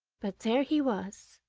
but there he was,